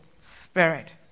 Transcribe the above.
spirit